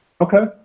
Okay